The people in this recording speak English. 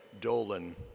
Dolan